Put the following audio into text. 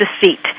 Deceit